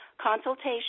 consultation